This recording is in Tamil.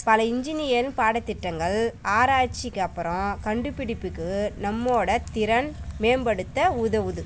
பழைய இன்ஜினியரிங் பாடத்திட்டங்கள் ஆராய்ச்சிக்கு அப்புறம் கண்டுபிடிப்புக்கு நம்மோட திறன் மேம்படுத்த உதவுது